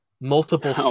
multiple